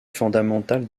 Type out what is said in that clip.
fondamentale